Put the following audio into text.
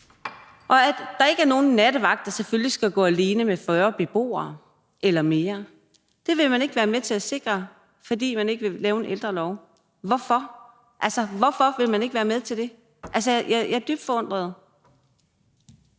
ikke er nogen nattevagt, der skal gå alene med 40 beboere eller mere. Det vil man ikke være med til at sikre, fordi man ikke vil lave en ældrelov. Hvorfor? Altså, hvorfor vil man ikke være med til det? Jeg er dybt forundret.